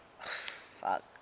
fuck